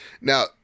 Now